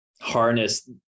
harness